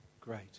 Great